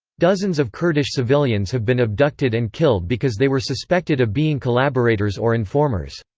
dozens of kurdish civilians have been abducted and killed because they were suspected of being collaborators or informers.